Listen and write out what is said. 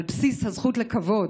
על בסיס הזכות לכבוד,